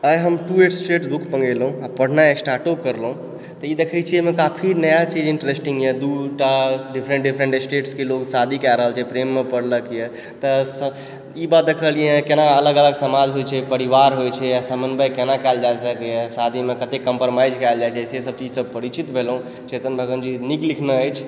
आइ हम two state book मँगेलहुँ आ पढ़नाइ स्टॉर्टो करलहुँ तऽ ई देखैत छी एहिमे काफी नया चीज इण्टरेस्टिंग यऽ दुटा डिफरेण्ट डिफरेण्ट स्टेटसके लोग शादी कय रहल छै प्रेममे पड़लक यऽ तऽ ई बात देखलियै हँ केना अलग अलग समाज होइ छै परिवार होइ छै समन्वय केना कयल जा सकयए शादीमे कतेक कम्परमाइज कयल जाइ छै से सभ चीजसँ परिचित भेलहुँ चेतन भगत जी नीक लिखने अछि